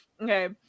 Okay